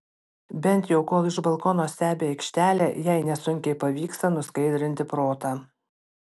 bent jau kol iš balkono stebi aikštelę jai nesunkiai pavyksta nuskaidrinti protą